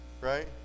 right